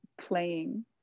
playing